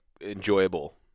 enjoyable